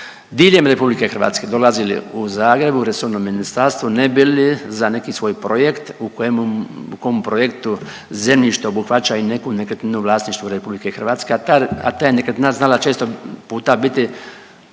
diljem Republike Hrvatske dolazili u Zagreb, u resorno ministarstvo ne bi li za neki svoj projekt u kom projektu zemljište obuhvaća i neku nekretninu u vlasništvu Republike Hrvatske, a ta je nekretnina znala često puta biti